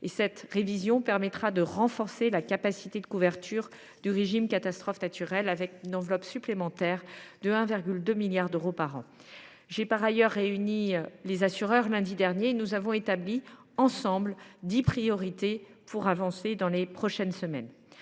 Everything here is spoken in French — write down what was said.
cette révision permettra de renforcer la capacité de couverture du régime des catastrophes naturelles avec une enveloppe supplémentaire de 1,2 milliard d’euros par an. J’ai par ailleurs réuni les assureurs lundi dernier et nous avons établi ensemble dix priorités pour avancer dans les prochaines semaines.